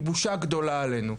היא בושה גדולה עלינו.